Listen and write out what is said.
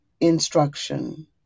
instruction